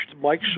Mike